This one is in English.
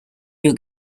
you